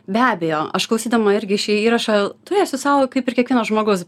be abejo aš klausydama irgi šį įrašą turėsiu sau kaip ir kiekvienas žmogus